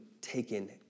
taken